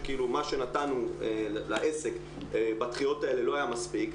שכאילו מה שנתנו לעסק בדחיות האלה לא היה מספיק,